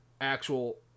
actual